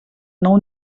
nou